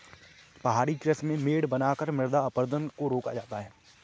पहाड़ी कृषि में मेड़ बनाकर मृदा अपरदन को रोका जाता है